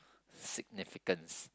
significance